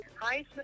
Hi